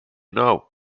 know